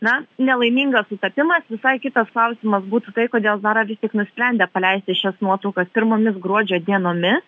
na ne laimingas sutapimas visai kitas klausimas būtų tai kodėl zara vis tik nusprendė paleisti šias nuotraukas pirmomis gruodžio dienomis